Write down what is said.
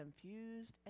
confused